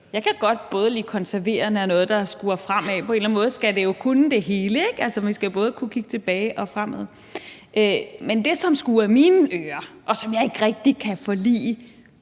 Jeg kan godt lide både det konserverende og noget, der skuer fremad. På en eller anden måde skal det jo kunne det hele. Vi skal både kunne kigge tilbage og fremad. Men det, som skurrer i mine ører, og som jeg ikke rigtig kan forlige